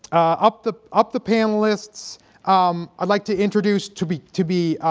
up the up the panelists um i'd like to introduce to be to be